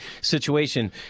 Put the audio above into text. situation